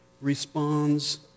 responds